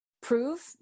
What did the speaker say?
prove